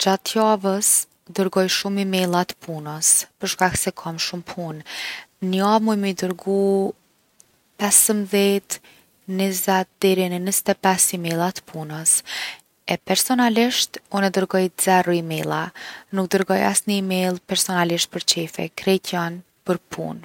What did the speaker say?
Gjatë javës dërgoj shumë imella t’punës për shkak se kom shumë punë. N’javë muj me i dërgu 15, 20 deri në 25 imella t’punës. E personalisht unë dergoj 0 imella, nuk dërgoj asni imell personalisht për qefi, krejt jon për punë.